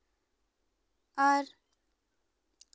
ᱟᱨ